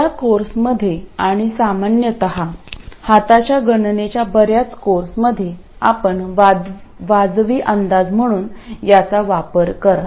या कोर्समध्ये आणि सामान्यत हाताच्या गणनेच्या बर्याच कोर्सेसमध्ये आपण वाजवी अंदाज म्हणून याचा वापर कराल